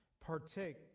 partake